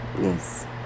yes